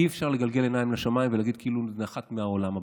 אי-אפשר לגלגל עיניים לשמיים ולהגיד כאילו זה נחת מהעולם הבא,